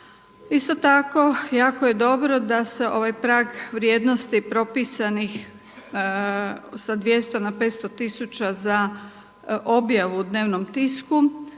Isto tako jako je dobro da se ovaj prag vrijednosti propisanih s 200 na 500 tisuća za objavu u dnevnom tisku